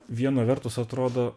viena vertus atrodo